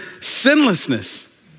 sinlessness